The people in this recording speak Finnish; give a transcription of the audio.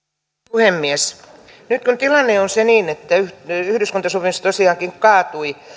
puhemies nyt tilanne on se että yhteiskuntasopimus tosiaankin kaatui